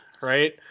right